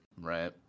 right